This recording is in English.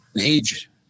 age